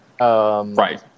Right